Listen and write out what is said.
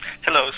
Hello